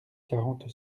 quarante